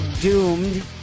Doomed